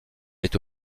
est